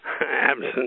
absent